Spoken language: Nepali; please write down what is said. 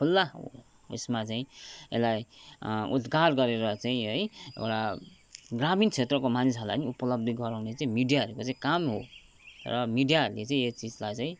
खुल्ला उयेसमा चाहिँ यसलाई उद्धार गरेर चाहिँ है एउटा ग्रामीण क्षेत्रको मानिसहरूलाई पनि उपलब्ध गराउने चाहिँ मिडियाहरूको चाहिँ काम हो र मिडियाहरूले चाहिँ यो चिजलाई चाहिँ